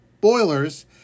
boilers